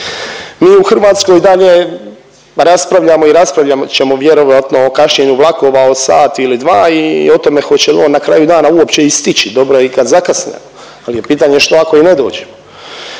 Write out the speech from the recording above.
Mi u Hrvatskoj i dalje raspravljamo i raspravljat ćemo vjerovatno o kašnjenju vlakova o sat ili dva i o tome hoće li on na kraju dana uopće i stići, dobro je i kad zakasne, ali je pitanje što ako i ne dođu?